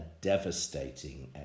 devastating